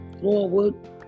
forward